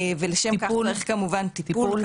טיפול,